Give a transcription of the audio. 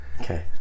Okay